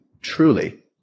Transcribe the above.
truly